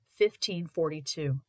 1542